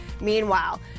Meanwhile